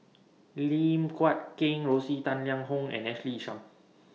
Lim Guat Kheng Rosie Tang Liang Hong and Ashley Isham